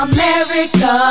America